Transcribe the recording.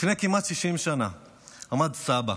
לפני כמעט 60 שנה עמד סבא,